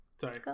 Sorry